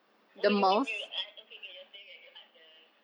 oh you mean you uh okay okay you're staying at the other